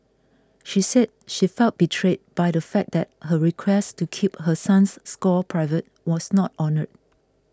she said she felt betrayed by the fact that her request to keep her son's score private was not honoured